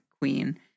queen